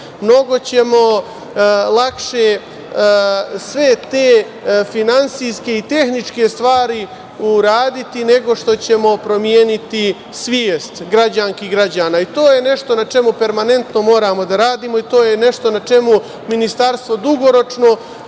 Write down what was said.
mnogo ćemo lakše sve te finansijske i tehničke stvari uraditi nego što ćemo promeniti svest građanki i građana i to je nešto na čemu permanentno moramo da radimo i to je nešto na čemu Ministarstvo dugoročno,